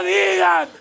digan